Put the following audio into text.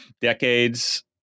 decades